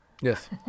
Yes